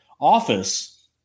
office